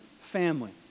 family